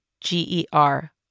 G-E-R